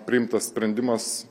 priimtas sprendimas